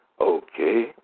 Okay